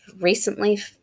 recently